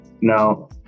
Now